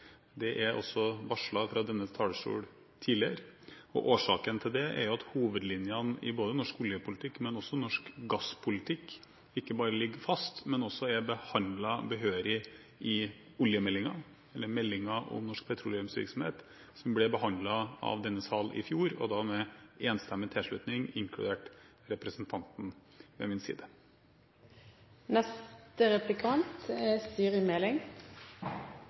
Det er også varslet fra denne talerstol tidligere. Årsaken til det er at hovedlinjene både i norsk oljepolitikk og i norsk gasspolitikk ikke bare ligger fast, men er også behørig behandlet i oljemeldingen, eller Meld.St. 28 for 2010–2011, En næring for framtida – om petroleumsvirksomheten, som ble behandlet i denne sal i fjor, og da med enstemmig tilslutning inkludert representanten ved min side. Jeg forstår at statsråden ikke er